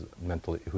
mentally